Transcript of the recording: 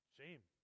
shame